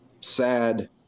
sad